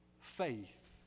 faith